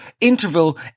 interval